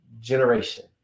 generation